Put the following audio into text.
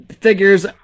figures